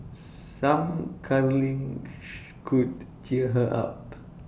some cuddling could cheer her up